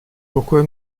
pourquoi